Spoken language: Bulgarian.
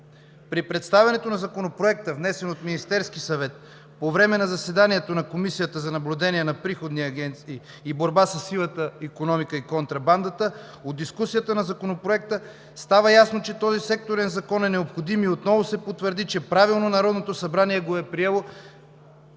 „При представянето на Законопроекта, внесен от Министерския съвет, по време на заседанието на Комисията за наблюдение на приходните агенции и борба със сивата икономика и контрабандата, от дискусията на Законопроекта става ясно, че този секторен закон е необходим, и отново се потвърди, че правилно Народното събрание го е приело